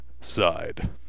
side